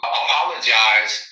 apologize